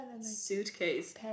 Suitcase